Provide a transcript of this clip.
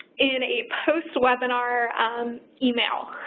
in a post-webinar email.